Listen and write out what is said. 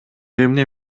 эмне